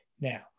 Now